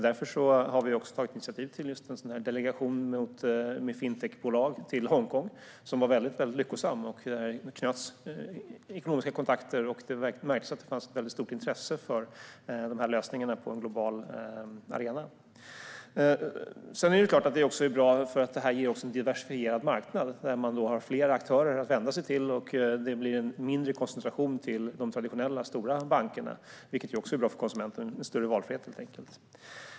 Därför tog vi initiativ till en delegation med fintechbolag till Hongkong, och den var mycket lyckosam. Det blev ekonomiska kontakter, och det märktes att det fanns stort intresse för lösningarna på en global arena. Det är också bra att detta ger en diversifierad marknad, där man har flera aktörer att vända sig till och det blir en mindre koncentration till de traditionella, stora bankerna, vilket är bra för konsumenten, eftersom det helt enkelt ger större valfrihet.